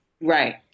Right